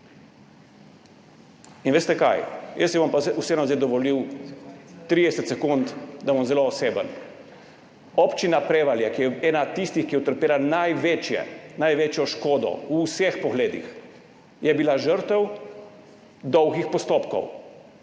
In veste kaj? Jaz si bom pa vseeno zdaj dovolil 30 sekund, da bom zelo oseben. Občina Prevalje, ki je ena tistih, ki je utrpela največjo škodo v vseh pogledih, je bila žrtev dolgih postopkov.